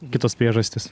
kitos priežastys